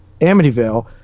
Amityville